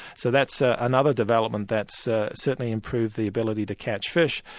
so that's ah another development that's ah certainly improved the ability to catch fish.